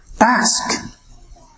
Ask